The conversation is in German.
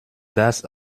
das